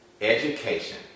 education